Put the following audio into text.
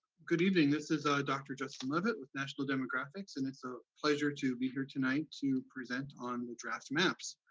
good evening. this is a dr. justin levitt with national demographics, and it's a pleasure to be here tonight to present on the draft maps.